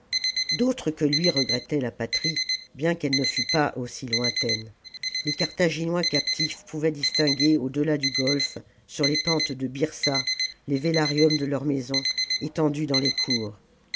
d'autres que lui regrettaient la patrie bien qu'elle ne fût pas aussi lointaine les carthaginois captifs pouvaient distmguer au delà du goîfe sur les pentes de byrsa les vélariums de leurs maisons étendus dans les cours